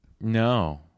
No